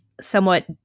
somewhat